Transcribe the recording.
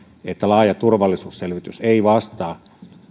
että laaja turvallisuusselvitys ei vastaa